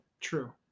True